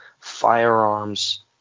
firearms